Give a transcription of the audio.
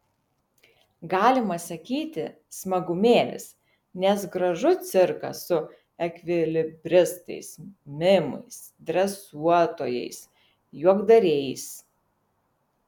galima sakyti smagumėlis nes gražu cirkas su ekvilibristais mimais dresuotojais juokdariais